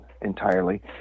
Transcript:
entirely